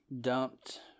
dumped